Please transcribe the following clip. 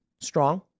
strong